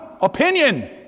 Opinion